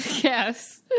Yes